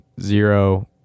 zero